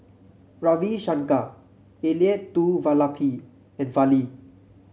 Ravi Shankar Elattuvalapil and Fali